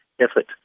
effort